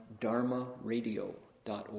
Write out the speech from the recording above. dharmaradio.org